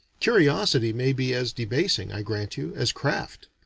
curiosity may be as debasing, i grant you, as craft.